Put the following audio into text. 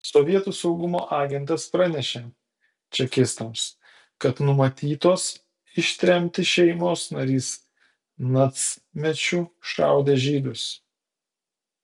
sovietų saugumo agentas pranešė čekistams kad numatytos ištremti šeimos narys nacmečiu šaudė žydus